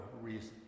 reason